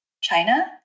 China